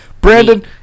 Brandon